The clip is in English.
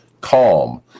Calm